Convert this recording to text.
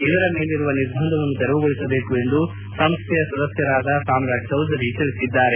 ಇದರ ಮೇಲಿರುವ ನಿರ್ಬಂಧವನ್ನು ತೆರವುಗೊಳಿಸಬೇಕು ಎಂದು ಸಂಸ್ಟೆಯ ಸದಸ್ಭರಾದ ಸಾಮ್ರಾಟ್ ಚೌಧರಿ ತಿಳಿಬಿದ್ದಾರೆ